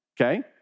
Okay